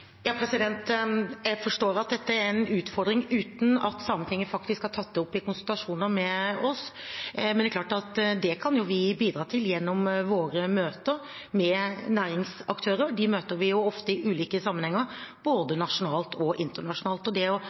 Jeg forstår at dette er en utfordring, uten at Sametinget faktisk har tatt det opp i konsultasjoner med oss, men det er klart vi kan bidra til det gjennom våre møter med næringsaktører. Dem møter vi jo ofte i ulike sammenhenger både nasjonalt og internasjonalt. Det å snakke fram urfolkets språk og